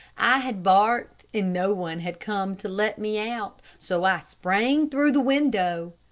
i had barked and no one had come to let me out, so i sprang through the window.